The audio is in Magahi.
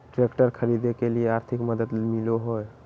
ट्रैक्टर खरीदे के लिए आर्थिक मदद मिलो है?